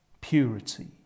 purity